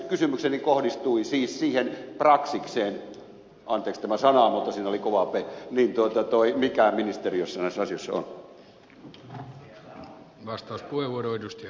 kysymykseni kohdistui siis siihen praksikseen anteeksi tämä sana mutta siinä oli kova p mikä ministeriössä näissä asioissa on